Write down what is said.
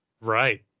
right